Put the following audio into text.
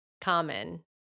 common